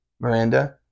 Miranda